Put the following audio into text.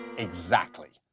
exactly.